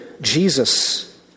Jesus